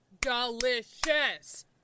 Delicious